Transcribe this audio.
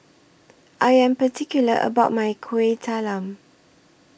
I Am particular about My Kuih Talam